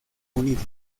unido